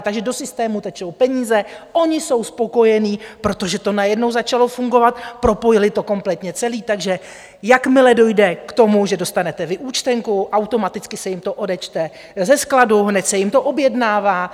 Takže do systému tečou peníze, oni jsou spokojení, protože to najednou začalo fungovat, propojili to kompletně celé, takže jakmile dojde k tomu, že dostanete vy účtenku, automaticky se jim to odečte ze skladu, hned se jim to objednává.